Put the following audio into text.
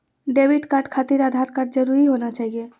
Debit card खातिर Aadhaar card जरूरी होना चाहिए?